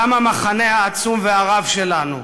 גם לא המחנה העצום והרב שלנו.